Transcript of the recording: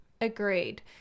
agreed